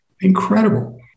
incredible